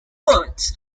words